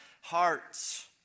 hearts